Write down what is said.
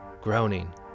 groaning